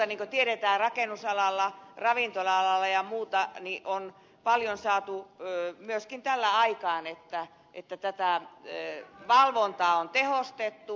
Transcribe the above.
niin kuin tiedetään rakennusalalla ravintola alalla ja muualla on paljon myöskin saatu aikaan sillä että tätä valvontaa on tehostettu